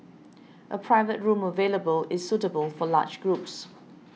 a private room available is suitable for large groups